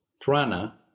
Prana